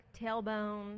tailbone